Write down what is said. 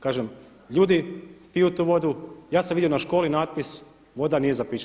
Kažem ljudi piju tu vodu, ja sam vidio na školi natpis, voda nije za piće.